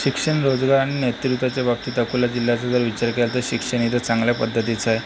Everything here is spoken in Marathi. शिक्षण रोजगार आणि नेतृत्वाच्या बाबतीत अकोला जिल्ह्याचा जर विचार केला तर शिक्षण इथे चांगल्या पद्धतीचं आहे